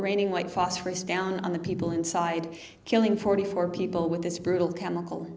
raining white phosphorus down on the people inside killing forty four people with this brutal chemical